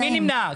מי נמנע?